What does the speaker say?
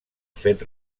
fet